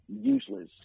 useless